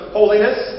holiness